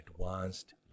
advanced